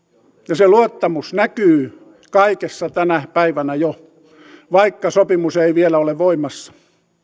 se se luottamus näkyy kaikessa tänä päivänä jo vaikka sopimus ei vielä ole voimassa